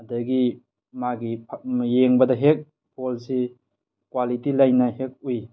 ꯑꯗꯒꯤ ꯃꯥꯒꯤ ꯌꯦꯡꯕꯗ ꯍꯦꯛ ꯐꯣꯟꯁꯤ ꯀ꯭ꯋꯥꯂꯤꯇꯤ ꯂꯩꯅ ꯍꯦꯛ ꯎꯨꯏ